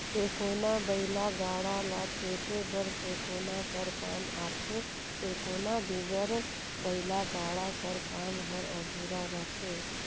टेकोना बइला गाड़ा ल टेके बर टेकोना कर काम आथे, टेकोना बिगर बइला गाड़ा कर काम हर अधुरा रहथे